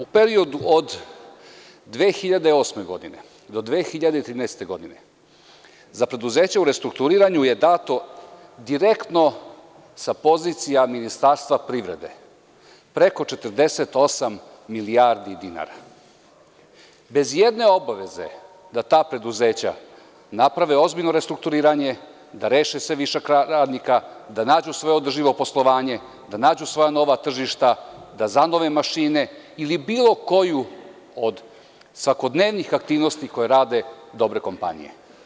U periodu od 2008. do 2013. godine za preduzeća u restrukturiranju je dato direktno sa pozicija Ministarstva privrede preko 48 milijardi dinara, bez ijedne obaveze da ta preduzeća naprave ozbiljno restrukturiranje, da reše višak radnika, da nađu svoje održivo poslovanje, da nađu svoja nova tržišta, da zanove mašine, ili bilo koju od svakodnevnih aktivnosti koje rade dobre kompanije.